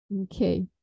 Okay